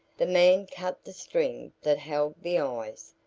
the man cut the string that held the eyes,